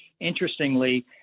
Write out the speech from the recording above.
interestingly